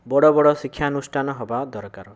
ବଡ଼ ବଡ଼ ଶିକ୍ଷା ଅନୁଷ୍ଠାନ ହେବା ଦରକାର